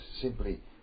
simply